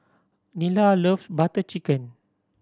Nila love Butter Chicken